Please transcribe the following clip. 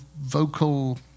vocal